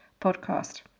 podcast